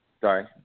Sorry